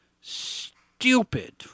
stupid